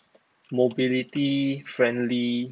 mobility friendly